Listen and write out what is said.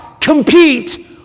compete